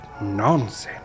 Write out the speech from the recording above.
Nonsense